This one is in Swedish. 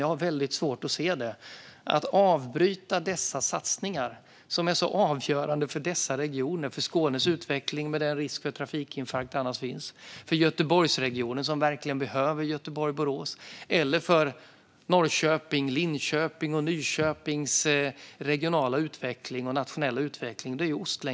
Jag har svårt att se en sådan lösning. Dessa satsningar är avgörande för dessa regioner, för Skånes utveckling, med den risk som finns där för trafikinfarkt, för Göteborgsregionen, som verkligen behöver sträckan Göteborg-Borås, eller för Linköpings, Norrköpings och Nyköpings regionala och nationella utveckling.